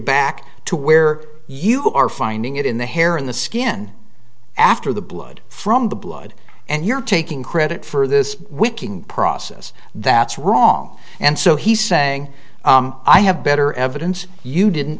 back to where you are finding it in the hair in the skin after the blood from the blood and you're taking credit for this wicking process that's wrong and so he's saying i have better evidence you didn't